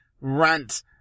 rant